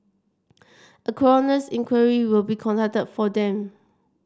a coroner's inquiry will be conducted for them